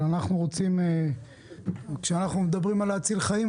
אבל כשאנחנו מדברים על להציל חיים,